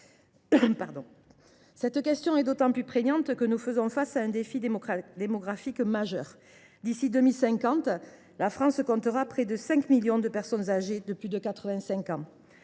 Cette question est d’autant plus prégnante que nous faisons face à un défi démographique majeur. D’ici à 2050, la France comptera près de cinq millions de personnes âgées de plus de 85 ans.